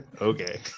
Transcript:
Okay